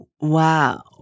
Wow